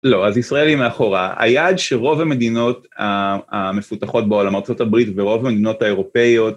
לא, אז ישראל היא מאחורה, היעד שרוב המדינות המפותחות בעולם, ארה״ב ורוב המדינות האירופאיות